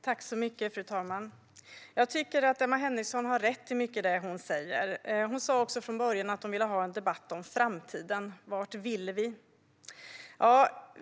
Fru talman! Jag tycker att Emma Henriksson har rätt i mycket av det hon säger. Hon sa också från början att hon ville ha en debatt om framtiden. Vart vill vi?